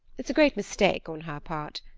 it's a great mistake on her part.